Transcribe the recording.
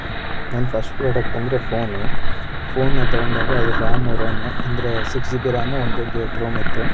ನನ್ನ first product ಅಂದರೆ phone ಫ಼ೋನನ್ನು ತಗೊಂಡಾಗ ರ್ಯಾಮ್ ರೋಮ್ ಅಂದರೆ six G B RAM one twenty eight ROM ಇತ್ತು